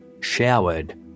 showered